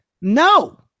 no